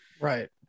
Right